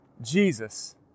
Jesus